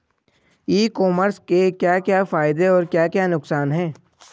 ई commerce के क्या क्या फायदे और क्या क्या नुकसान है?